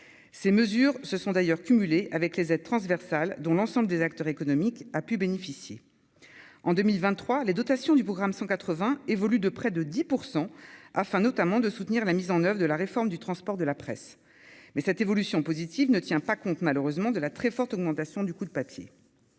ces mesures, ce sont d'ailleurs cumuler avec les aides transversales, dont l'ensemble des acteurs économiques a pu bénéficier en 2023 les dotations du programme 180 évolue de près de 10 % afin notamment de soutenir la mise en oeuvre de la réforme du transport de la presse, mais cette évolution positive ne tient pas compte malheureusement de la très forte augmentation du coût de papier